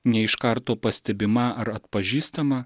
ne iš karto pastebima ar atpažįstama